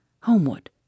Homewood